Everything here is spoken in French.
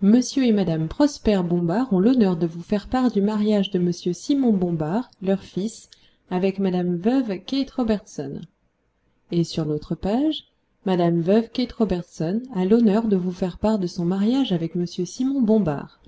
monsieur et madame prosper bombard ont l'honneur de vous faire part du mariage de monsieur simon bombard leur fils avec madame veuve kate robertson et sur l'autre page madame veuve kate robertson a l'honneur de vous faire part de son mariage avec monsieur simon bombard